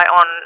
on